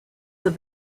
said